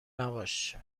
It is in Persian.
نباش